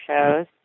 shows